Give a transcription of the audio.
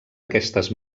aquestes